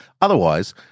Otherwise